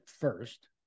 first